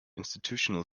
institutional